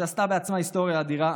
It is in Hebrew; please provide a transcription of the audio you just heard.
שעשתה בעצמה היסטוריה אדירה.